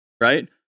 Right